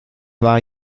war